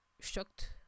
shocked